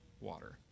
water